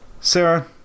sarah